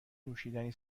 نوشیدنی